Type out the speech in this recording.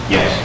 Yes